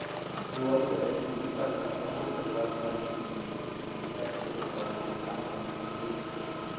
लुवई कटई के बूता ल सबो परिवार भर के मइनसे मिलके करथे अउ बनियार घलो लेजथें